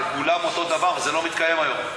לכולם אותו דבר, וזה לא מתקיים היום.